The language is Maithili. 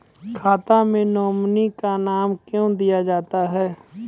खाता मे नोमिनी का नाम क्यो दिया जाता हैं?